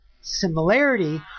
similarity